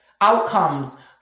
outcomes